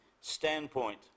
standpoint